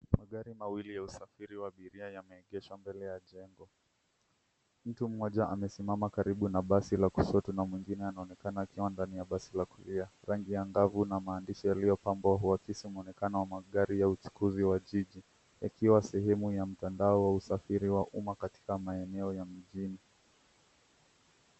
Magari mawili ya usafiri wa abiria yameegeshwa mbele ya jengo. Mtu mmoja amesimama karibu na basi la kushoto na mwingine anaonekana akiwa ndani ya basi la kulia. Rangi ya angavu na maandishi yaliyopambwa huakisi mwonekano wa magari ya uchukuzi wa jiji, yakiwa sehemu ya mtandao wa usafiri wa umma katika maeneo ya mjini.